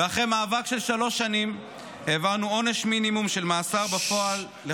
אחרי מאבק של שלוש שנים העברנו עונש מינימום של מאסר בפועל לכל מתעללת.